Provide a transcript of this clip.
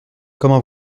comment